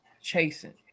chasing